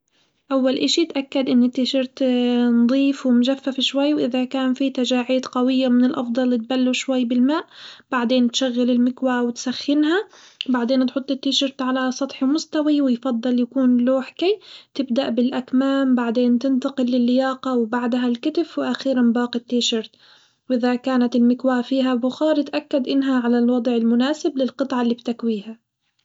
أول إشي إتأكد إن التيشيرت نضيف ومجفف شوي وإذا كان في تجاعيد قوية من الأفضل يتبلوا شوي بالماء بعدين تشغل المكواة وتسخنها بعدين تحط التيشيرت على سطح مستوي ويفضل يكون لوح كي، تبدأ بالأكمام بعدين تنتقل للياقة وبعدها الكتف وأخيرًا باقي التيشيرت، وإذا كانت المكواة فيها بخار إتأكد إنها على الوضع المناسب للقطعة اللي بتكويها.